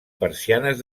persianes